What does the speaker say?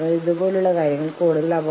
എനിക്ക് എന്നെത്തന്നെ താങ്ങാൻ കഴിയും